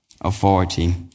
authority